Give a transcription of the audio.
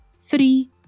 three